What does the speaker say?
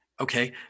Okay